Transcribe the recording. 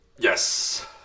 Yes